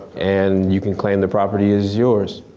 and you can claim the property is yours.